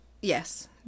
Yes